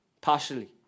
partially